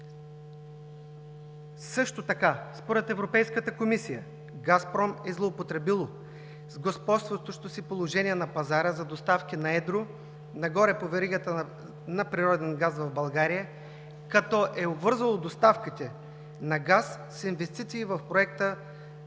Също така според Европейската комисия „Газпром“ е злоупотребил с господстващото си положение на пазара за доставки на едро нагоре по веригата на природен газ в България, като е обвързал доставките на газ с инвестиции в Проекта